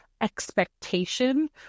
expectation